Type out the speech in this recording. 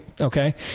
Okay